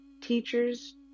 teachers